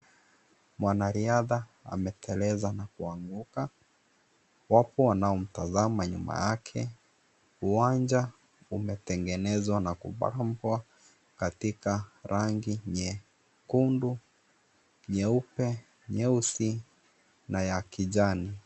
Mwanariadha ameteleza na kuanguka, wapo wanaomtazama nyuma yake, uwanja umetengenezwa na kubambwa katika rangi nyekundu, nyeupe, nyeusi na ya kijani.